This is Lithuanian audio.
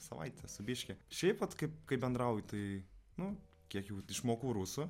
savaitė su biškį šiaip vat kaip kai bendrauji tai nu kiek jau išmokau rusų